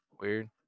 weird